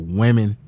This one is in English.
women